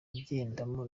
agendamo